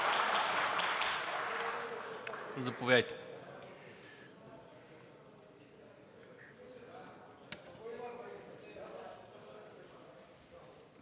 Заповядайте.